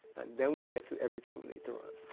then we'll get to everything later on.